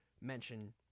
mention